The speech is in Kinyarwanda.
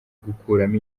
gukuramo